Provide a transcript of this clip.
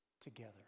together